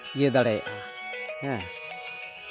ᱤᱭᱟᱹ ᱫᱟᱲᱮᱭᱟᱜᱼᱟ ᱦᱮᱸ